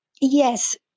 yes